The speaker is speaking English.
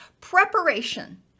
preparation